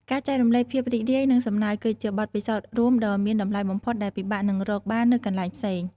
ការចែករំលែកភាពរីករាយនិងសំណើចគឺជាបទពិសោធន៍រួមដ៏មានតម្លៃបំផុតដែលពិបាកនឹងរកបាននៅកន្លែងផ្សេង។